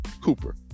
Cooper